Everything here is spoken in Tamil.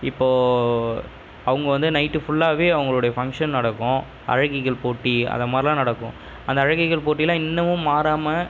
இப்போது அவங்க வந்து நைட்டு ஃபுல்லாவே அவங்களுடைய ஃபங்க்ஷன் நடக்கும் அழகிகள் போட்டி அதை மாதிரிலாம் நடக்கும் அந்த அழகிகள் போட்டியெலாம் இன்னுமும் மாறாமல்